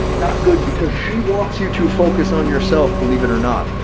not good because she wants you to focus on yourself believe it or not.